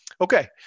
okay